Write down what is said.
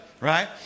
right